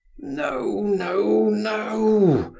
no no no!